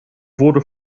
wurde